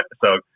so,